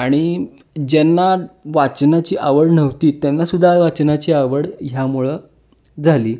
आणि ज्यांना वाचनाची आवड नव्हती त्यांनासुद्धा वाचनाची आवड ह्यामुळं झाली